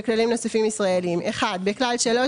בכללים נוספים (ישראליים) - (1) בכלל 3,